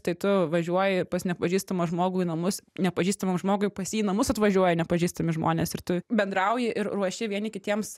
tai tu važiuoji pas nepažįstamą žmogų į namus nepažįstamam žmogui pas jį į namus atvažiuoja nepažįstami žmonės ir tu bendrauji ir ruoši vieni kitiems